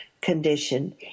condition